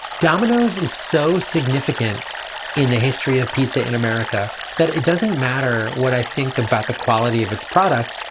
domino's is so significant in the history of pizza in america that it doesn't matter what i think about the quality of its product.